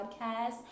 podcast